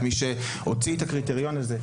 את מי שהוציא את הקריטריון הזה,